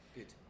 Good